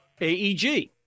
AEG